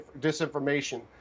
disinformation